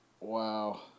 Wow